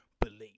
believe